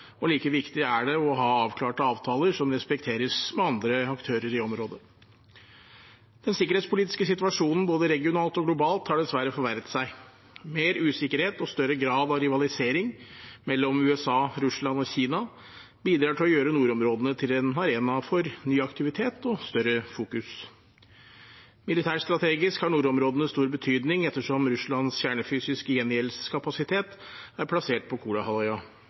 og like viktig er det å ha avklarte avtaler som respekteres med andre aktører i områdene. Den sikkerhetspolitiske situasjonen både regionalt og globalt har dessverre forverret seg. Mer usikkerhet og større grad av rivalisering mellom USA, Russland og Kina bidrar til å gjøre nordområdene til en arena for ny aktivitet og større fokus. Militærstrategisk har nordområdene stor betydning ettersom Russlands kjernefysiske gjengjeldelseskapasitet er plassert på